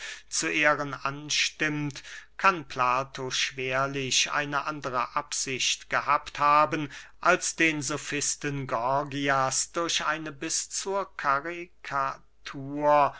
zu ehren anstimmt kann plato schwerlich eine andere absicht gehabt haben als den sofisten gorgias durch eine bis zur karikatur